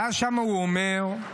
שם הוא אומר,